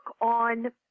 on